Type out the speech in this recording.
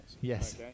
Yes